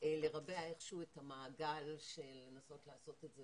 ואיכשהו לרבע את המעגל ולנסות לעשות את זה